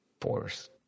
force